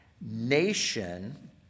nation